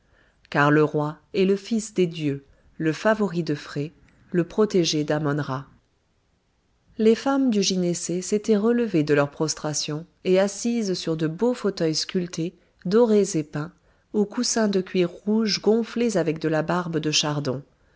car le roi est le fils des dieux le favori de phré le protégé dammon ra les femmes du gynécée s'étaient relevées de leurs prostrations et assises sur de beaux fauteuils sculptés dorés et peints aux coussins de cuir rouge gonflés avec de la barbe de chardon